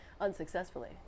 Unsuccessfully